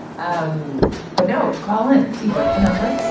um but now, colin, steve, what's the number?